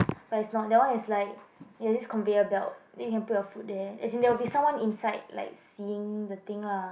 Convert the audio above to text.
but it's not that one is like it's conveyor belt then you can put your food there as there will be someone inside like seeing the thing lah